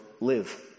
live